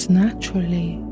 naturally